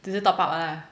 只是 top up ah